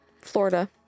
Florida